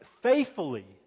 faithfully